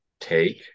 take